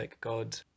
God